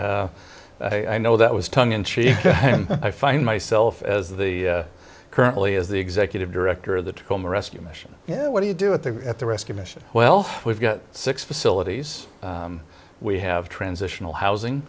dan i know that was tongue in cheek i find myself as the currently is the executive director of the tacoma rescue mission yeah what do you do at the at the rescue mission well we've got six facilities we have transitional housing